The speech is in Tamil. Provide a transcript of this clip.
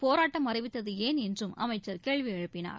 போராட்டம் அறிவித்ததுஏன் என்றும் அமைச்சர் கேள்விஎழுப்பினார்